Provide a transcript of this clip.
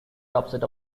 upset